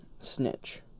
snitch